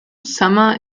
summer